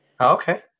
Okay